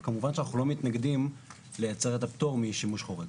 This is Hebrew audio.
אבל כמובן שאנחנו לא מתנגדים לייצר את הפטור משימוש חורג.